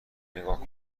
نگاه